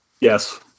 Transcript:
Yes